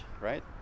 right